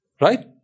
right